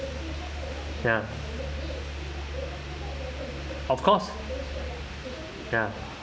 ya of course ya